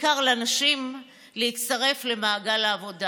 בעיקר לנשים, להצטרף למעגל העבודה.